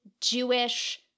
Jewish